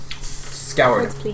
Scoured